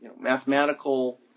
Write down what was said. mathematical